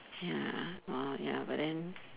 ya ah ya but then